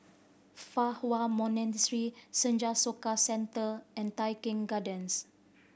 Fa Hua Monastery Senja Soka Center and Tai Keng Gardens